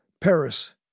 Paris